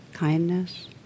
kindness